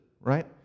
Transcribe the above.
right